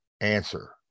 answer